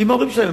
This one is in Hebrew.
עם ההורים שלהם.